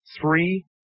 three